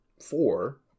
four